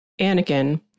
Anakin